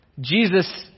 Jesus